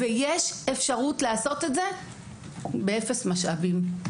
יש אפשרות לעשות את זה באפס משאבים.